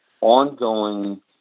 ongoing